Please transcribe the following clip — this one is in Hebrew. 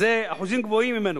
שזה אחוזים גבוהים ממנו,